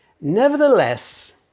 Nevertheless